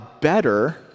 better